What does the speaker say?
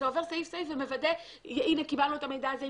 אתה עובר סעיף וסעיף ומוודא שהנה קיבלנו את המידע הזה,